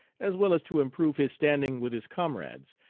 as well as to improve his standing with his comrades.